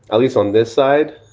at least on this side.